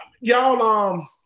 y'all